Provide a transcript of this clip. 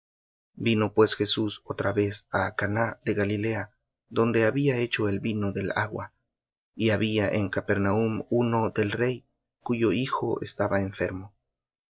vino pues jesús otra vez á caná de galilea donde había hecho el vino del agua y había en capernaum uno del rey cuyo hijo estaba enfermo